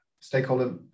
stakeholder